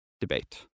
debate